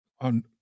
On